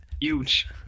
Huge